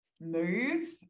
move